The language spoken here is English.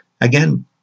Again